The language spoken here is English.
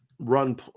run